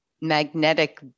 magnetic